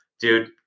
dude